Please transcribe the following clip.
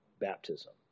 baptism